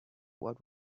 what